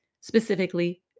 specifically